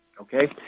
Okay